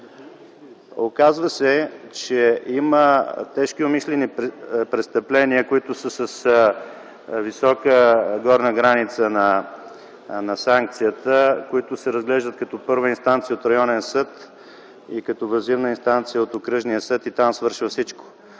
Оказва се, че има тежки умишлени престъпления, които са с висока горна граница на санкцията, които се разглеждат като първа инстанция от районен съд и като въззивна инстанция от окръжния съд и там свършва всичко.